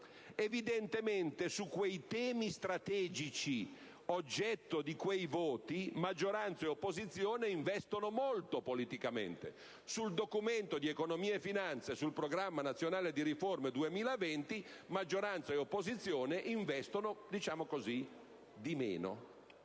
Evidentemente, su quei temi strategici oggetto di quei voti, maggioranza e opposizione investono molto, politicamente. Sul Documento di economia e finanza e sul Programma nazionale di riforma 2020, maggioranza e opposizione investono di meno.